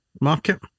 market